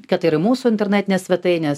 kad ir į mūsų internetines svetaines